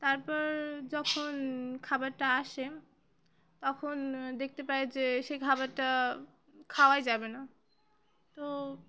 তারপর যখন খাবারটা আসে তখন দেখতে পাই যে সেই খাবারটা খাওয়াই যাবে না তো